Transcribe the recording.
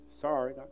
sorry